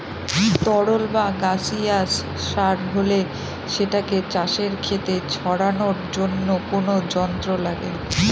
তরল বা গাসিয়াস সার হলে সেটাকে চাষের খেতে ছড়ানোর জন্য কোনো যন্ত্র লাগে